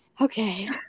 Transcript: Okay